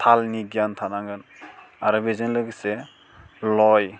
तालनि गियान थानांगोन आरो बेजों लोगोसे ल'य